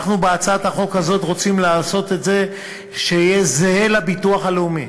אנחנו בהצעת החוק הזאת רוצים לעשות כך שזה יהיה זהה לביטוח הלאומי.